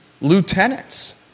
lieutenants